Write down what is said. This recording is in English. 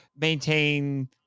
maintain